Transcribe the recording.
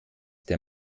der